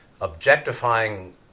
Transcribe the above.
Objectifying